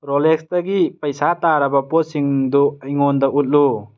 ꯔꯣꯂꯦꯛꯁꯇꯒꯤ ꯄꯩꯁꯥ ꯇꯥꯔꯕ ꯄꯣꯠꯁꯤꯡꯗꯨ ꯑꯩꯉꯣꯟꯗ ꯎꯠꯂꯨ